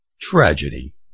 Tragedy